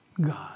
God